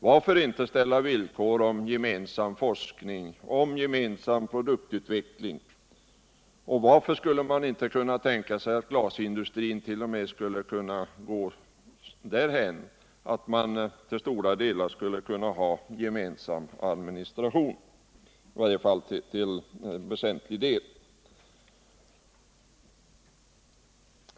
Varför inte ställa villkor om gemensam forskning, om gemensam produktutveckling? Varför skulle man inte kunna tänka sig att glasindustrin t.o.m. skulle kunna ha gemensam administration, i varje fall till väsentlig del?